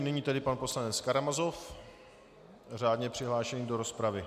Nyní tedy pan poslanec Karamazov, řádně přihlášený do rozpravy.